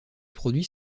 produits